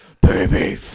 Baby